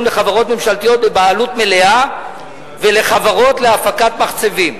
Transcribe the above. לחברות ממשלתיות בבעלות מלאה ולחברות להפקת מחצבים.